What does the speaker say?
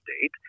state